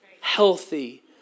healthy